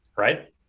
Right